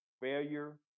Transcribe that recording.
failure